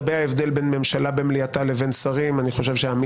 אני מבין שהעמדה שלך אחרת, אני אשמח שתרחיב בה.